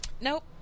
Nope